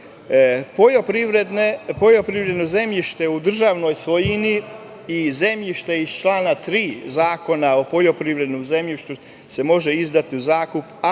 izdati. Poljoprivredno zemljište u državnoj svojini i zemljište iz člana 3. Zakona o poljoprivrednom zemljištu se može izdati u zakup ako je